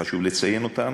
וחשוב לציין אותן,